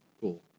cool